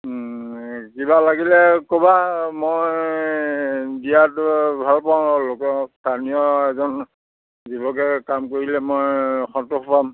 কিবা লাগিলে ক'বা মই দিয়াটো ভাল পাওঁ লগত স্থানীয় এজন যুৱকে কাম কৰিলে মই সন্তোষ পাম